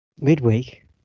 midweek